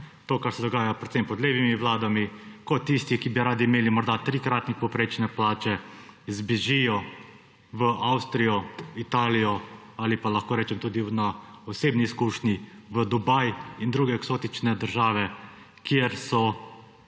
to, kar se dogaja predvsem pod levimi vladami, ko tisti, ki bi radi imeli morda trikratnik povprečne plače, zbežijo v Avstrijo, Italijo ali pa lahko rečem tudi iz osebne izkušnje v Dubaj in druge eksotične države, kjer so